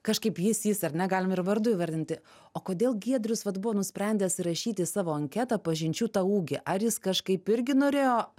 kažkaip jis jis ar ne galim ir vardu įvardinti o kodėl giedrius vat buvo nusprendęs rašyti savo anketą pažinčių tą ūgį ar jis kažkaip irgi norėjo